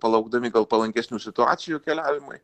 palaukdami gal palankesnių situacijų keliavimui